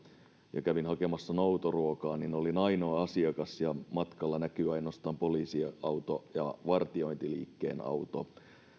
ja kävin hakemassa noutoruokaa olin ainoa asiakas ja matkalla näkyi ainoastaan poliisiauto ja vartiointiliikkeen auto